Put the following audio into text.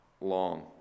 long